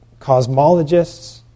cosmologists